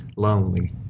Lonely